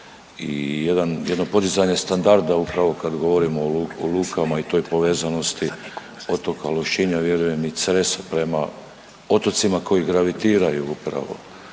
i jedno podizanje standarda upravo kad govorimo o lukama i toj povezanosti otoka Lošinja vjerujem i Cresa prema otocima koji gravitiraju upravo